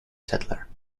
settler